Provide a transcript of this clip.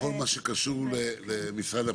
בכל מה שקשור למשרד הפנים.